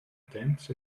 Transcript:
temps